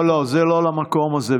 לא, לא, זה לא למקום הזה.